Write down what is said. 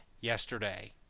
yesterday